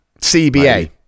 cba